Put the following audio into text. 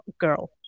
girl